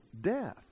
death